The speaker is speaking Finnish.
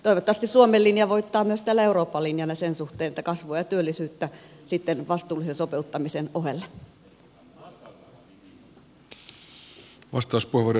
toivottavasti suomen linja voittaa myös tällä eurooppa linjalla sen suhteen että kasvua ja työllisyyttä sitten vastuullisen sopeuttamisen ohella